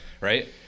right